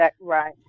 right